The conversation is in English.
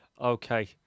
Okay